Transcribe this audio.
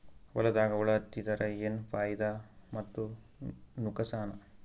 ಹೊಲದಾಗ ಹುಳ ಎತ್ತಿದರ ಏನ್ ಫಾಯಿದಾ ಮತ್ತು ನುಕಸಾನ?